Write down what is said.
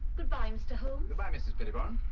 goodbye, mr. holmes. goodbye, mrs. pettibone.